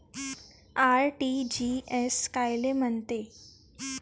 RTGS कायले म्हनते?